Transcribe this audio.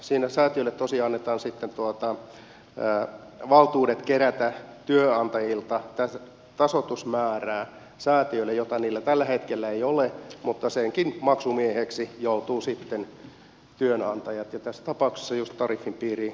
siinä säätiöille tosiaan annetaan sitten valtuudet kerätä työnantajilta säätiöille tasoitusmäärää jota niillä tällä hetkellä ei ole mutta senkin maksumieheksi joutuvat sitten työnantajat ja tässä tapauksessa just tariffin piirin kuuluvat pientyönantajat